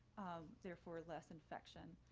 therefore less and nfection.